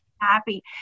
happy